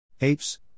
Apes